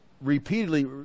repeatedly